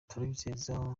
turabizeza